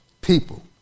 people